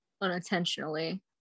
unintentionally